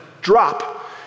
drop